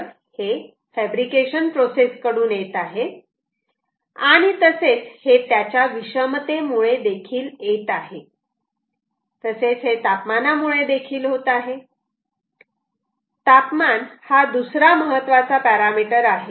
तेव्हा हे fabrication process कडून येत आहे आणि तसेच हे त्याच्या विषमतेमुळे देखील येत आहे तसेच हे तापमानामुळे देखील होत आहे तापमान हा दुसरा महत्वाचा पॅरामीटर आहे